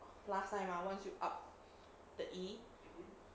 last time ah once you up the E